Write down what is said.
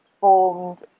formed